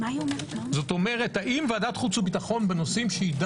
כלומר האם ועדת חוץ וביטחון בנושאים שהיא